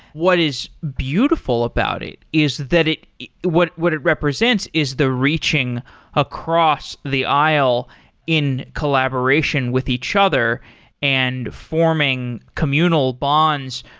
what is beautiful about it is that it what what it represents is the reaching across the aisle in collaboration with each other and forming communal bonds,